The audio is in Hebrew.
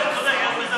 הוא צודק, יש בזה משהו.